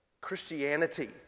Christianity